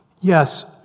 Yes